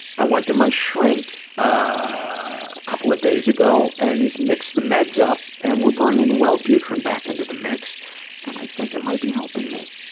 i went to my shrink, ah, a couple of days ago and he's mixed the meds up and we're bringing wellbutrin back into the mix and i think it might be helping me.